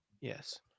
yes